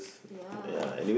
ya